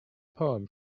poem